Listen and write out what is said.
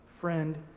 friend